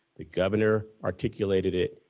the governor articulated it.